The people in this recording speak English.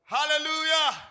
Hallelujah